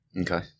Okay